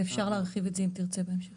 ואפשר להרחיב את זה אם תרצה בהמשך.